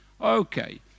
Okay